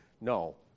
No